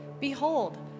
Behold